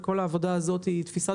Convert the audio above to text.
מדובר בתפיסת